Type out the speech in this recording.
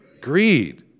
greed